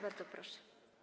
Bardzo proszę.